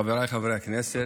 חבריי חברי הכנסת,